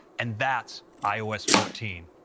and that's ios fourteen.